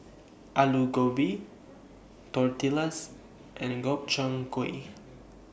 Alu Gobi Tortillas and Gobchang Gui